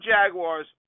Jaguars